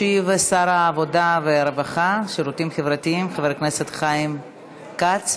ישיב שר העבודה והרווחה והשירותים החברתיים חבר הכנסת חיים כץ.